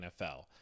NFL